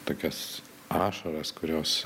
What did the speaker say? tokias ašaras kurios